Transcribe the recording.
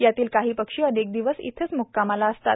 यातील काही पक्षी अनेक दिवस इथेच म्क्कामाला असतात